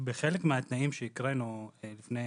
בחלק מהתנאים שהקראנו לפני